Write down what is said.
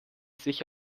sich